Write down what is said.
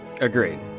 Agreed